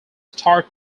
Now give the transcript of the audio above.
starred